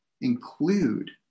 Include